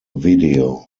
video